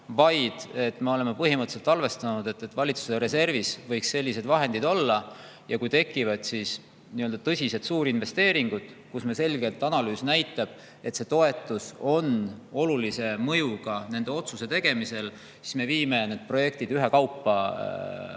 vaid me oleme põhimõtteliselt arvestanud, et valitsuse reservis võiks sellised vahendid olla. Kui tekivad tõsised suurinvesteeringud, mille puhul selgelt analüüs näitab, et toetus on olulise mõjuga nende otsuste tegemisel, siis me viime need projektid ühekaupa